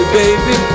baby